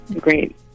great